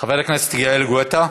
חבר הכנסת יגָאל גואטה.